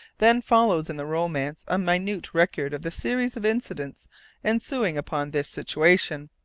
then follows in the romance a minute record of the series of incidents ensuing upon this situation,